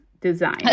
design